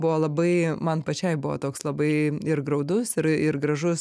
buvo labai man pačiai buvo toks labai ir graudus ir ir gražus